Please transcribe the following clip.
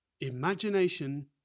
Imagination